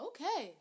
Okay